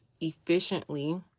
efficiently